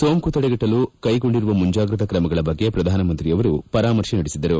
ಸೋಂಕು ತಡೆಗಟ್ಟಲು ಕೈಗೊಂಡಿರುವ ಮುಂಜಾಗ್ರತಾ ಕ್ರಮಗಳ ಬಗ್ಗೆ ಪ್ರಧಾನಮಂತ್ರಿಯವರು ಪರಾಮರ್ಶೆ ನಡೆಸಿದರು